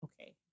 okay